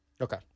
Okay